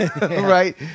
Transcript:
right